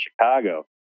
Chicago